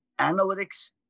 analytics